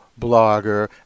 blogger